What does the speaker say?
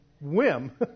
whim